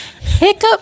Hiccup